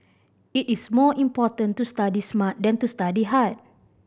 it is more important to study smart than to study hard